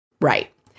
Right